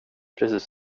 precis